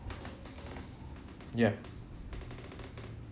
ya